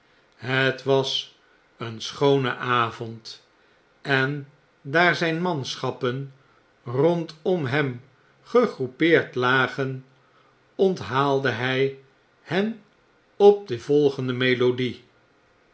het was een schoone avond en daar zfln manschappen rondom hem gegroepeerd lagen onthaalde hij hen op de voigende melodie